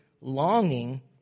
longing